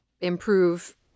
improve